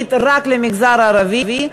אופיינית רק למגזר הערבי.